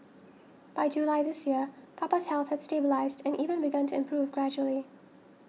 by July this year Papa's health had stabilised and even begun to improve gradually